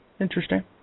interesting